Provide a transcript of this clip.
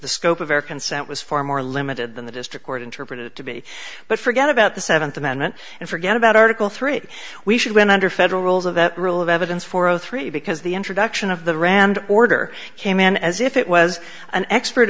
the scope of our consent was far more limited than the district court interpreted it to be but forget about the seventh amendment and forget about article three we should win under federal rules of the rule of evidence for zero three because the introduction of the rand order came in as if it was an expert